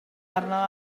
arno